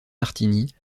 martini